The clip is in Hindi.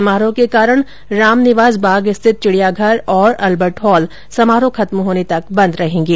समारोह के कारण रामनिवास बाग स्थित चिड़ियाघर और अल्बर्ट हॉल समारोह खत्म होने तक बंद रहेंगे